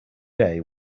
day